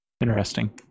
Interesting